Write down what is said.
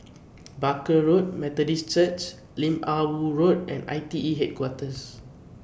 Barker Road Methodist Church Lim Ah Woo Road and I T E Headquarters